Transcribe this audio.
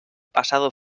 pasado